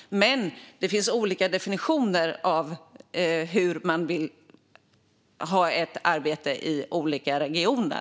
Men det finns olika definitioner av hur man vill ha ett arbete i olika regioner.